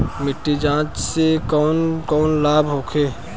मिट्टी जाँच से कौन कौनलाभ होखे?